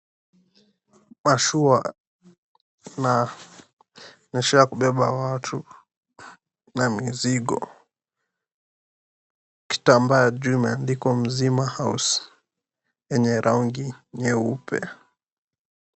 Mashua na mashua ya kubeba watu na mizigo, kitambaa juu imeandikwa Mzima House yanye rangi nyeupe.